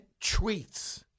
tweets